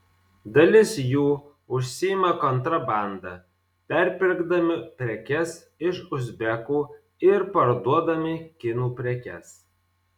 dalis jų užsiima kontrabanda perpirkdami prekes iš uzbekų ir parduodami kinų prekes